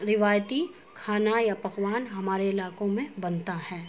روایتی کھانا یا پکوان ہمارے علاقوں میں بنتا ہے